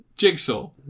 jigsaw